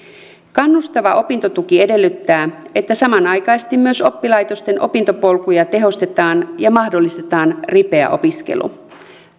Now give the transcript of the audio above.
kannustava opintotuki edellyttää että samanaikaisesti myös oppilaitosten opintopolkuja tehostetaan ja mahdollistetaan ripeä opiskelu